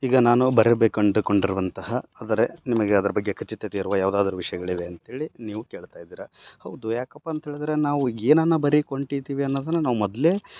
ಈಗ ನಾನು ಬರೆಯಬೇಕೆಂದು ಕೊಂಡಿರುವಂತಹ ಆದರೆ ನಿಮಗೆ ಅದ್ರ ಬಗ್ಗೆ ಖಚಿತತೆ ಇರುವ ಯಾವುದಾದ್ರು ವಿಷಯಗಳಿವೆ ಅಂತೇಳಿ ನೀವು ಕೇಳ್ತಾಯಿದ್ದೀರಾ ಹೌದು ಯಾಕಪ್ಪ ಅಂತೇಳದ್ರೆ ನಾವು ಏನನ್ನು ಬರೆಯೋಕ್ ಹೊಂಟಿದ್ವಿ ಅನ್ನೋದನ್ನು ನಾವು ಮೊದಲೇ